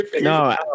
No